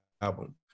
album